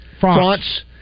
France